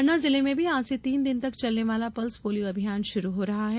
पन्ना जिले में भी आज से तीन दिन तक चलने वाला पल्स पोलियो अभियान शुरू हो रहा है